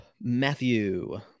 matthew